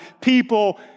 people